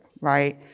right